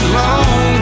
long